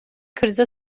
krize